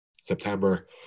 September